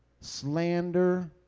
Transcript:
Slander